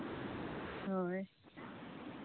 ᱦᱳᱭ